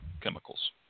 chemicals